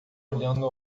olhando